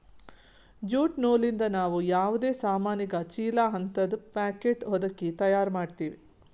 jute ನೂಲಿಂದ್ ನಾವ್ ಯಾವದೇ ಸಾಮಾನಿಗ ಚೀಲಾ ಹಂತದ್ ಪ್ಯಾಕೆಟ್ ಹೊದಕಿ ತಯಾರ್ ಮಾಡ್ತೀವಿ